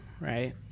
right